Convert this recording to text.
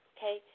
Okay